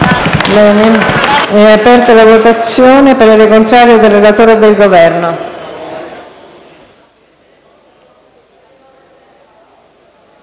Grazie